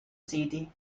city